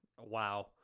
Wow